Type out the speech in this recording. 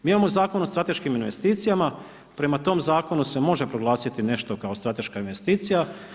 Mi imamo Zakon o strateškim investicijama, prema tom zakonu se može proglasiti nešto kao strateška investicija.